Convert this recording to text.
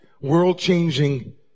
world-changing